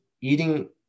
eating